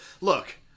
look